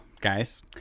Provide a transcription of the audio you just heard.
guys